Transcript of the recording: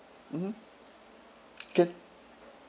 mmhmm can